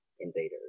invaders